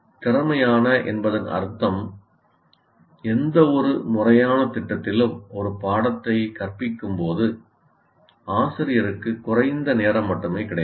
திறமையான என்பதன் அர்த்தம் எந்தவொரு முறையான திட்டத்திலும் ஒரு பாடத்தை கற்பிக்கும் போது ஆசிரியருக்கு குறைந்த நேரம் மட்டுமே கிடைக்கும்